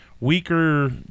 weaker